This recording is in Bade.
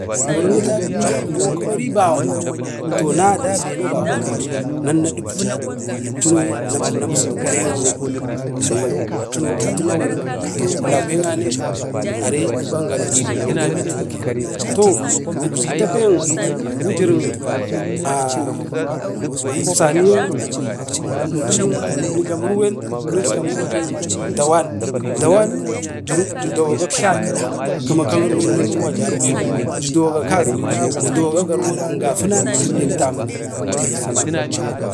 kori nijadu kima vibva kwaya to nada be akunan na nam na dibdi na nasadu karen awen, umchino maukwen dukwa kulakve ane are a ɓangaren urven kenan, to ugzi tepen wujurin a'a saniyan wujirin dawn dawan ji dawagak iktlam ka irwen nanuwa jaruwe dun, ji dawaga kaziɗin ji dawaga garvon nek tamunan salaman.